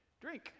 Drink